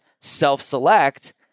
self-select